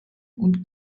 und